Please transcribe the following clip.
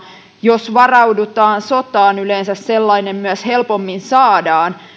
jos varaudutaan sotaan yleensä sellainen myös helpommin saadaan